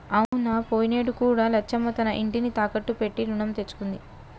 అవునా పోయినేడు కూడా లచ్చమ్మ తన ఇంటిని తాకట్టు పెట్టి రుణం తెచ్చుకుంది